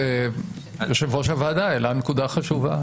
יושב-ראש הוועדה העלה נקודה חשובה.